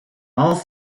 all